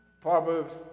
Proverbs